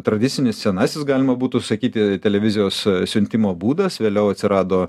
tradicinis senasis galima būtų sakyti televizijos siuntimo būdas vėliau atsirado